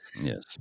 yes